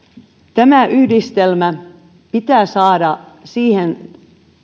tämä yhdistelmä pitää saada siihen